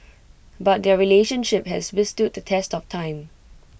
but their relationship has withstood the test of time